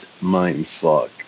mindfuck